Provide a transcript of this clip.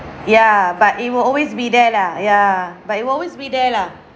ya but it will always be there lah ya but it'll always be there lah